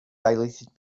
dilated